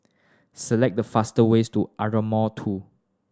select the faster ways to Ardmore Two